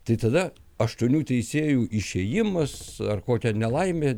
tai tada aštuonių teisėjų išėjimas ar kokia nelaimė